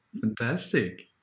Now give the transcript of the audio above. fantastic